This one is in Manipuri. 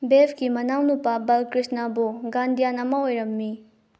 ꯕꯦꯞꯀꯤ ꯃꯅꯥꯎꯅꯨꯄꯥ ꯕꯥꯜꯀ꯭ꯔꯤꯁꯅꯕꯨ ꯒꯥꯟꯙꯤꯌꯥꯟ ꯑꯃ ꯑꯣꯏꯔꯝꯃꯤ